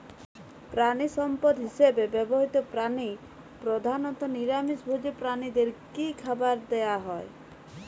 প্রাণিসম্পদ হিসেবে ব্যবহৃত প্রাণী প্রধানত নিরামিষ ভোজী প্রাণীদের কী খাবার দেয়া হয়?